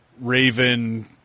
Raven